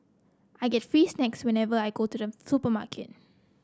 I get free snacks whenever I go to the supermarket